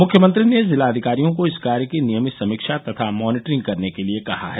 मुख्यमंत्री ने जिलाधिकारियों को इस कार्य की नियमित समीक्षा तथा मॉनिटरिंग करने के लिए कहा है